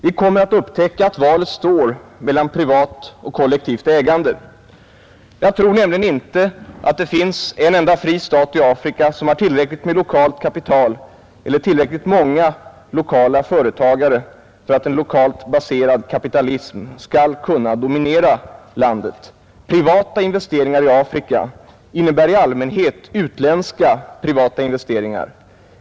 Vi kommer att upptäcka att valet står mellan privat och kollektivt ägande. Jag tror nämligen inte att det finns en enda fri stat i Afrika som har tillräckligt med lokalt kapital eller tillräckligt många lokala företagare för att en lokalt baserad kapitalism skall kunna dominera landet. Privata investeringar i Afrika innebär i allmänhet utländska privata investeringar.